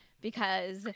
because-